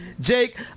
Jake